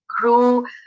grew